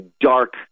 dark